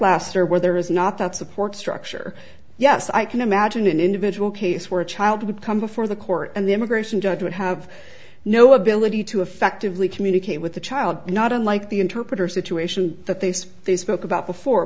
last year where there is not that support structure yes i can imagine an individual case where a child would come before the court and the immigration judge would have no ability to effectively communicate with the child not unlike the interpreter situation that they say they spoke about before